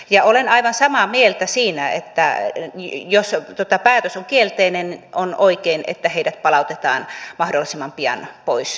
ja olen aivan samaa mieltä siitä että jos päätös on kielteinen on oikein että heidät palautetaan mahdollisimman pian pois täältä